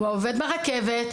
הוא העובד ברכבת,